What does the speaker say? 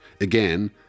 again